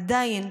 עדיין,